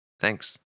Thanks